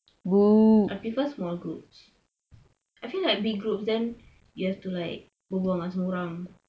I prefer small groups I feel like big groups then you have to like berhubung semua orang